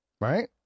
Right